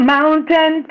Mountain